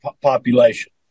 population